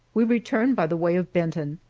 we return by the way of benton.